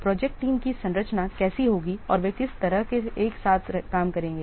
project team की संरचना कैसी होगी और वे किस तरह से एक साथ काम करेंगे